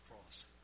cross